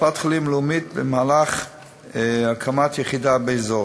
קופת-חולים לאומית במהלך הקמת יחידה באזור.